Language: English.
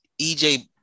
ej